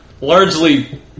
Largely